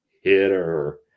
hitter